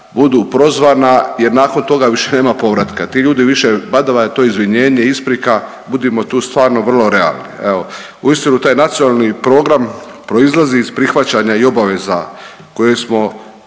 budu prozvana, jer nakon toga više nema povratka, ti ljudi više badava je to izvinjenje, isprika, budimo tu stvarno vrlo realni evo. Uistinu taj nacionalni program proizlazi iz prihvaćanja i obaveza koje smo